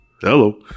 Hello